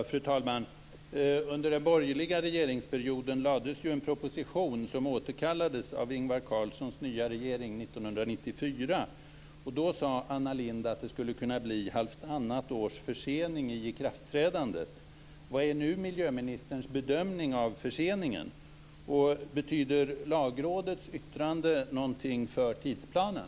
Fru talman! Under den borgerliga regeringsperioden lades en proposition fram som återkallades av Lindh att det skulle kunna bli halvtannat års försening i ikraftträdandet. Vilken är miljöministerns bedömning av förseningen nu? Betyder Lagrådets yttrande någonting för tidsplanen?